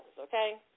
Okay